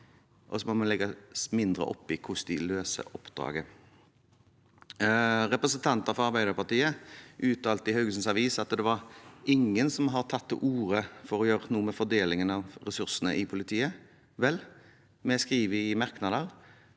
men vi må legge oss mindre borti hvordan de løser oppdraget. Representanter fra Arbeiderpartiet uttalte til Haugesunds Avis at ingen har tatt til orde for å gjøre noe med fordelingen av ressursene i politiet. Vel, vi skriver i merknader